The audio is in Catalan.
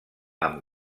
amb